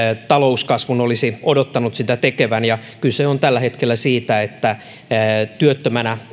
talouskasvun olisi odottanut sitä tekevän kyse on tällä hetkellä siitä että monen työttömänä